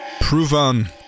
proven